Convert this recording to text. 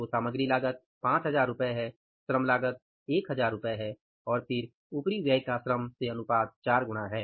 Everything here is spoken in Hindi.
तो सामग्री लागत 5000 रु है श्रम लागत 1000 रु है और फिर उपरिव्यय का श्रम से अनुपात 4 गुणा है